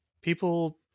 people